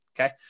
Okay